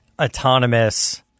autonomous